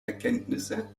erkenntnisse